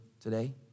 today